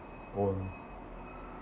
own